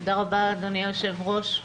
תודה רבה, אדוני היושב-ראש.